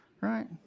right